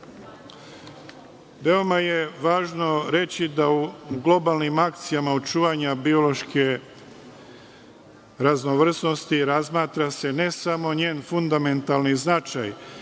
je važno reći da u globalnim akcijama očuvanja biološke raznovrsnosti razmatra se, ne samo njen fundamentalni značaj,